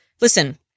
listen